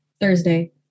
Thursday